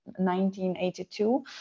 1982